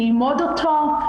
ללמוד אותו,